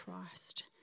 Christ